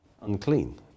unclean